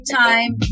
time